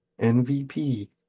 MVP